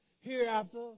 hereafter